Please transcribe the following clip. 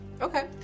Okay